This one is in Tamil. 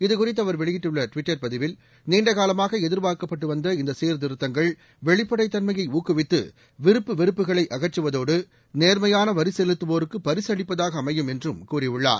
இதுகுறித்து அவர் வெளியிட்டுள்ள ட்விட்டர் பதிவில் நீண்டகாலமாக எதிர்பார்க்கப்பட்டு வந்த இந்த சீர்திருத்தங்கள் வெளிப்படைத் தன்மையை ஊக்குவித்து விருப்பு வெறுப்புகளை அகற்றுவதோடு நேர்மையான வரி செலுத்துவோருக்கு பரிசளிப்பதாக அமையும் என்றும் கூறியுள்ளார்